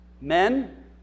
Men